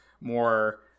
more